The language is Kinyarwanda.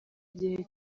gihe